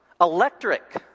electric